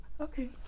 Okay